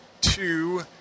two